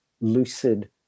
lucid